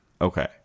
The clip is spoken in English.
Okay